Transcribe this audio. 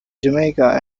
jamaica